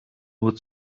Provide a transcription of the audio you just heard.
nur